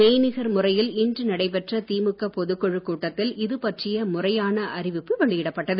மெய் நிகர் முறையில் இன்று நடைபெற்ற திமுக பொதுக்குழு கூட்டத்தில் இதுபற்றிய முறையான அறிவிப்பு வெளியிடப்பட்டது